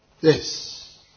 Yes